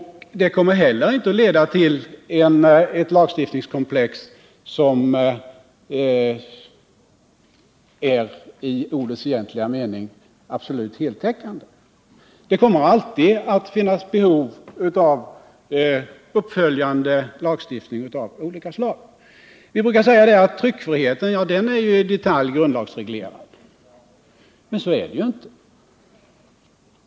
Det kommer heller inte att leda till ett grundlagskomplex som i ordets egentliga mening är absolut heltäckande. Det kommer alltid att finnas behov av uppföljande lagstiftning av olika slag. Vi brukar säga att tryckfriheten är i detalj grundlagsreglerad. Men så är det juinte.